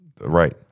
right